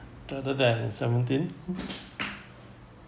rather than seventeen